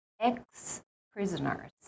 Ex-Prisoners